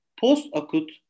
Post-acute